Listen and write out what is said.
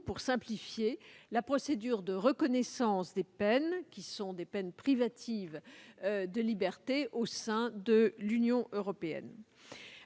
pour simplifier la procédure de reconnaissance des peines privatives de liberté au sein de l'Union européenne.